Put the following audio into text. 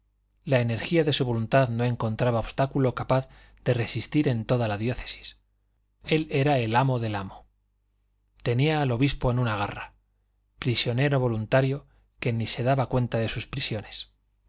la energía de su voluntad no encontraba obstáculo capaz de resistir en toda la diócesis él era el amo del amo tenía al obispo en una garra prisionero voluntario que ni se daba cuenta de sus prisiones